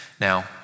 Now